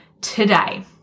today